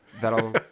that'll